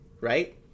right